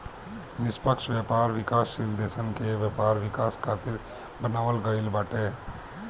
निष्पक्ष व्यापार विकासशील देसन के व्यापार विकास खातिर बनावल गईल बाटे